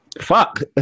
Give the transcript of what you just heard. Fuck